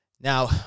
Now